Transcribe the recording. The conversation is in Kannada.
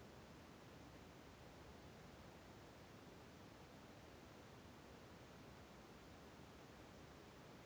ನಾನು ವರ್ಷಕ್ಕ ಒಂದು ಲಕ್ಷ ಇಪ್ಪತ್ತು ಸಾವಿರ ರೂಪಾಯಿ ದುಡಿಯಲ್ಲ ಹಿಂಗಿದ್ದಾಗ ನಾನು ಕ್ರೆಡಿಟ್ ಕಾರ್ಡಿಗೆ ಅರ್ಜಿ ಹಾಕಬಹುದಾ?